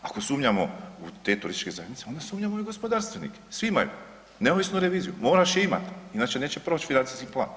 Ako sumnjamo u te turističke zajednice onda sumnjamo i u gospodarstvenike. … neovisnu reviziju, moraš je imati inače neće proći financijski plan.